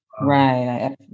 Right